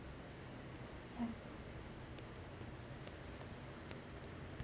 yeah